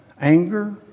anger